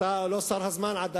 אין